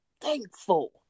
thankful